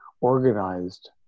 organized